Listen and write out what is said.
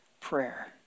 prayer